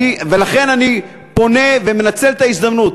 ולכן אני פונה ומנצל את ההזדמנות.